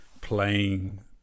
playing